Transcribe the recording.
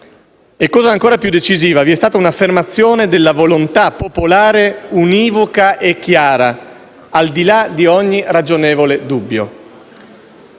E, cosa ancora più decisiva, vi è stata un'affermazione della volontà popolare univoca e chiara, al di là di ogni ragionevole dubbio.